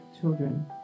children